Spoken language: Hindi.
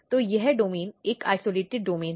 तो यह डोमेन एक अलग डोमेन है